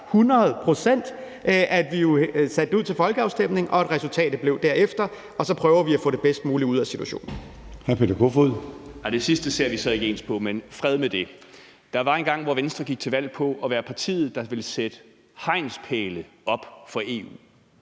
procent, at vi satte det ud til folkeafstemning, og at resultatet blev derefter. Og så prøver vi at få det bedst mulige ud af situationen.